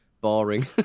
boring